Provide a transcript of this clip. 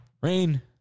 rain